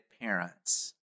Parents